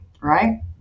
Right